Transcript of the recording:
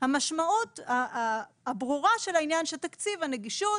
המשמעות הברורה של העניין היא שתקציב הנגישות,